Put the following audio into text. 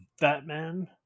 Batman